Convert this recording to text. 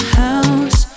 house